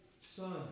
son